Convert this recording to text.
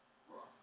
!wah!